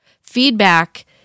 Feedback